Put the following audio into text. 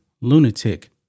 lunatic